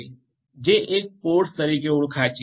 જે એક પોડ તરીકે ઓળખાય છે